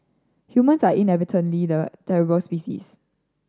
humans are inadvertently the terrible species